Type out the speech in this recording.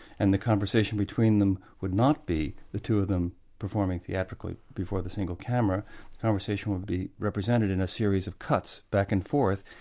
and the conversation between them would not be the two of them performing theatrically before the single camera, the conversation would be represented in a series of cuts back and forth,